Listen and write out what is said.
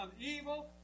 evil